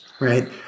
Right